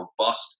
robust